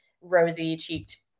rosy-cheeked